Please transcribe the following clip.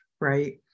right